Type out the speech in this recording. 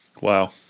Wow